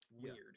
weird